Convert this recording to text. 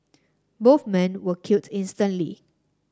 both men were killed instantly